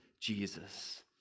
Jesus